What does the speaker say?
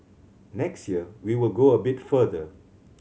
next year we will go a bit further